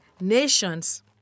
nations